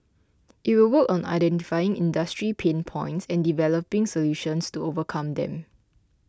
it will work on identifying industry pain points and developing solutions to overcome them